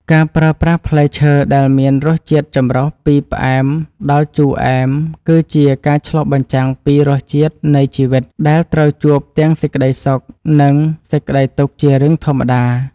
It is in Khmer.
ការប្រើប្រាស់ផ្លែឈើដែលមានរសជាតិចម្រុះពីផ្អែមដល់ជូរអែមគឺជាការឆ្លុះបញ្ចាំងពីរសជាតិនៃជីវិតដែលត្រូវជួបទាំងសេចក្តីសុខ និង សេចក្តីទុក្ខជារឿងធម្មតា។